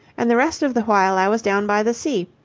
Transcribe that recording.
and the rest of the while i was down by the sea.